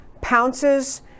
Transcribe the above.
pounces